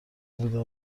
بودم